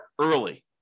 early